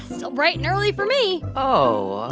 still bright and early for me oh,